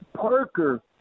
Parker